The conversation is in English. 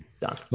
Done